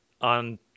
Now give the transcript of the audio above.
On